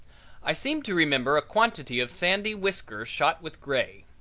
i seem to remember a quantity of sandy whiskers shot with gray.